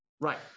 Right